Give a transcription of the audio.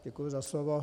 Děkuji za slovo.